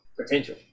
potential